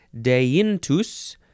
Deintus